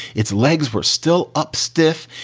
its legs were still up stiff.